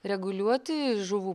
reguliuoti žuvų